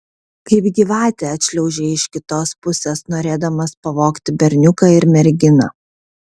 kaip gyvatė atšliaužei iš kitos pusės norėdamas pavogti berniuką ir merginą